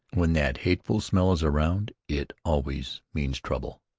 when that hateful smell is around it always means trouble.